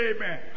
Amen